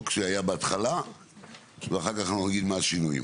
שהיה בהתחלה ואחר כך אנחנו נגיד מה השינויים,